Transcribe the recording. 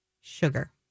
sugar